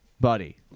Buddy